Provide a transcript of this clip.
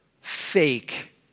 fake